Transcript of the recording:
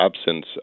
absence